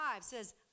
says